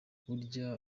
burya